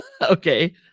Okay